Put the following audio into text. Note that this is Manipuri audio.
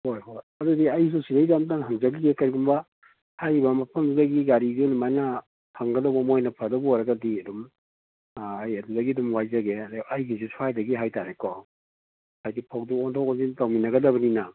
ꯍꯣꯏ ꯍꯣꯏ ꯑꯗꯨꯗꯤ ꯑꯩꯁꯨ ꯁꯤꯗꯩꯗ ꯑꯝꯇꯪ ꯍꯪꯖꯒꯤꯒꯦ ꯀꯔꯤꯒꯨꯝꯕ ꯍꯥꯏꯔꯤꯕ ꯃꯐꯝꯗꯨꯗꯒꯤ ꯒꯥꯔꯤꯁꯦ ꯑꯗꯨꯃꯥꯏꯅ ꯐꯪꯒꯗꯧꯕ ꯃꯣꯏꯅ ꯐꯗꯧꯕ ꯑꯣꯏꯔꯒꯗꯤ ꯑꯗꯨꯝ ꯑꯥ ꯑꯩ ꯑꯗꯨꯗꯒꯤ ꯑꯗꯨꯝ ꯋꯥꯏꯖꯒꯦ ꯑꯩꯒꯤꯁꯨ ꯁ꯭ꯋꯥꯏꯗꯒꯤ ꯍꯥꯏꯇꯔꯦꯀꯣ ꯍꯥꯏꯗꯤ ꯐꯧꯗꯨ ꯑꯣꯟꯊꯣꯛ ꯑꯣꯟꯁꯤꯟ ꯇꯧꯃꯤꯟꯅꯒꯗꯕꯅꯤꯅ